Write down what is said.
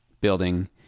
building